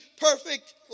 perfect